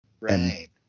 Right